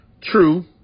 True